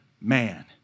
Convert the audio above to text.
man